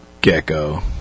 Gecko